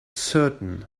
certain